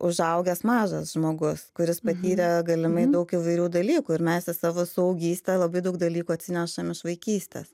užaugęs mažas žmogus kuris patyrė galimai daug įvairių dalykų ir mes į savo suaugystę labai daug dalykų atsinešam iš vaikystės